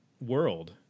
world